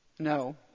No